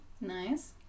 Nice